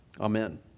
Amen